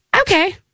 Okay